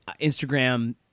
Instagram